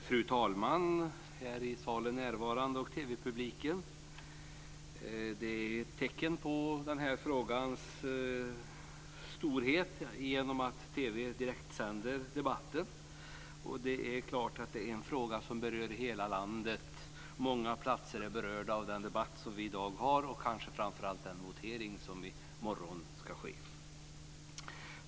Fru talman! Här i salen närvarande och TV publiken! Det är ett tecken på den här frågans stora betydelse att TV:n direktsänder debatten. Det är klart att detta är en fråga som berör hela landet. Många platser är berörda i den debatt som vi har i dag och framför allt den votering som i morgon ska ske.